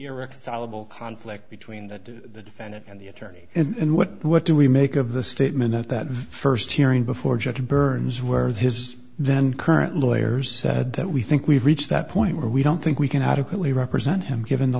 irreconcilable conflict between the defendant and the attorney and what what do we make of the statement that that first hearing before judge burns were his then current lawyers said that we think we've reached that point where we don't think we can adequately represent him given the